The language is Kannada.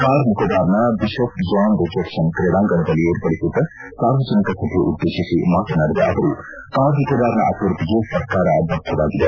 ಕಾರ್ ನಿಕೋಬಾರ್ನ ಬಿಷಪ್ ಜಾನ್ ರಿಚರ್ಡ್ಸನ್ ಕ್ರೀಡಾಂಗಣದಲ್ಲಿ ಏರ್ಪಡಿಸಿದ್ದ ಸಾರ್ವಜನಿಕ ಸಭೆ ಉದ್ದೇಶಿಸಿ ಮಾತನಾಡಿದ ಅವರು ಕಾರ್ ನಿಕೋಬಾರ್ನ ಅಭಿವೃದ್ದಿಗೆ ಸರ್ಕಾರ ಬದ್ದವಾಗಿದೆ